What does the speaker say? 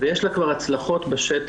ויש לה כבר הצלחות בשטח,